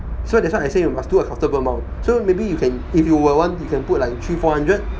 so that's why I say you must do a comfortable amount so maybe you can if you were want you can put like three four hundred